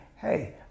Hey